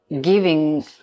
giving